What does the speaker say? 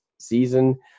season